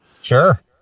Sure